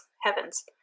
Heavens